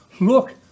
Look